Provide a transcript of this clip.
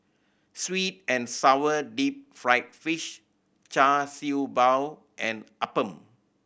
sweet and sour deep fried fish Char Siew Bao and appam